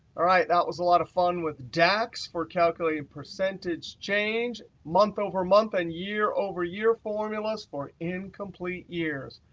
all right. that was a lot of fun with dax for calculating percentage change month over month and year over year formulas for incomplete years.